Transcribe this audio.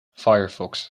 firefox